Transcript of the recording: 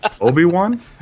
Obi-Wan